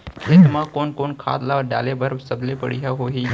खेत म कोन खाद ला डाले बर सबले बढ़िया होही?